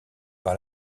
par